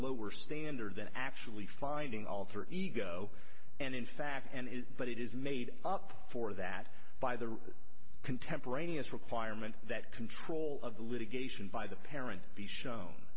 lower standard than actually finding alter ego and in fact and is that it is made up for that by the contemporaneous requirement that control of the litigation by the parent be shown